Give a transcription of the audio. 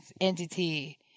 entity